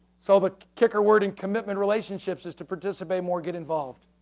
so, the kicker word in commitment relationships is to participate more, get involved.